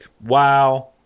wow